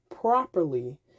properly